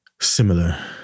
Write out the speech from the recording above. similar